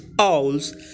owls